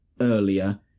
earlier